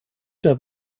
der